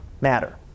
matter